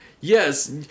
Yes